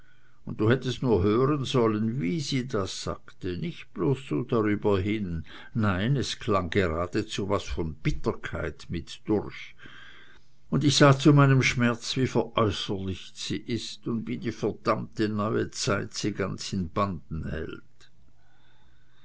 und du hättest nur hören sollen wie sie das sagte nicht bloß so drüber hin nein es klang geradezu was von bitterkeit mit durch und ich sah zu meinem schmerz wie veräußerlicht sie ist und wie die verdammte neue zeit sie ganz in banden hält